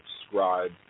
subscribe